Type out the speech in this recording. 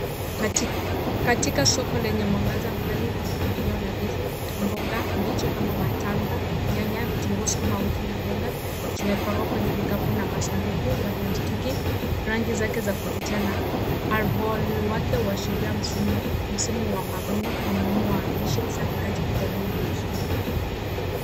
Katika soko lenye mwangaza mkali na mpangilio nadhifu, mboga mbichi kama matango ,nyanya, vitunguu, sukuma wiki na mboga zimepangwa kwenye vikapu na masanduku ya plastiki, rangi zake za kuvutia na arvol wake huashiria msimu wa mavuno na muhimu wa lishe safi katika jamii ya mjini.